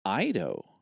Ido